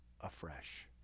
Afresh